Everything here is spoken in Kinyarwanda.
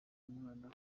umwanda